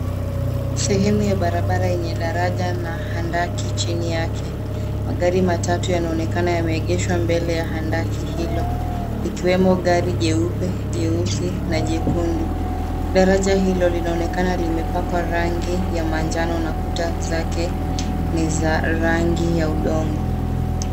Sehemu ya barabara yenye daraja na handaki chini yake. Magari matatu yanaonekana yameegeshwa mbele ya handaki hilo, likiwemo gari jeupe, jeusi na jekundu. Daraja hilo linaonekana limepakwa rangi ya manjano na kuta zake ni za rangi ya udongo.